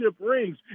rings